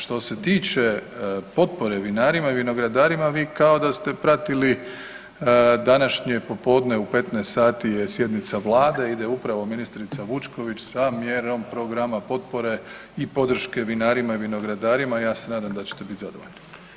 Što se tiče potpore vinarima i vinogradarima vi kao da ste pratili današnje popodne, u 15 sati je sjednica vlade, ide upravo ministrica Vučković sa mjerom programa potpore i podrške vinarima i vinogradarima, ja se nadam da ćete bit zadovoljni.